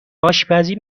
آشپزی